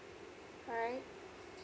alright